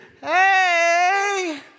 Hey